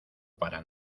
para